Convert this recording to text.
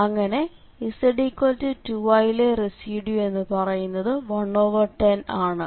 അങ്ങനെ z2i യിലെ residue എന്നു പറയുന്നത് 110 ആണ്